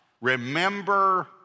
remember